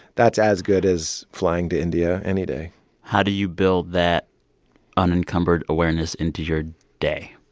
that's as good as flying to india any day how do you build that unencumbered awareness into your day?